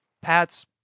pats